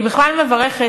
אני בכלל מברכת.